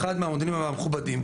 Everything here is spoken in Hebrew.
אחד מהמועדונים המכובדים,